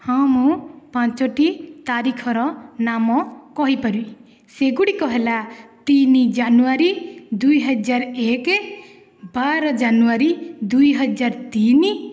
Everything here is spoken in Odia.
ହଁ ମୁଁ ପାଞ୍ଚଟି ତାରିଖର ନାମ କହିପାରିବି ସେଗୁଡ଼ିକ ହେଲା ତିନି ଜାନୁଆରୀ ଦୁଇହଜାର ଏକ ବାର ଜାନୁଆରୀ ଦୁଇହଜାର ତିନି